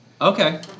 Okay